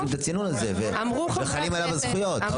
את הצינון הזה וחלים עליו הזכויות.